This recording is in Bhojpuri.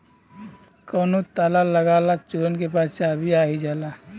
कउनो ताला लगा ला चोरन के पास चाभी आ ही जाला